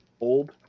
Old